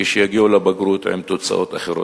לבגרות עם תוצאות אחרות.